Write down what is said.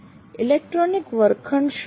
electronic વર્ગખંડ શું છે